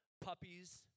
puppies